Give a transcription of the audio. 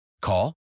Call